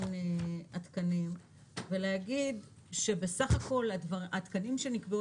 התקנים ולהגיד שבסך הכול התקנים שנקבעו,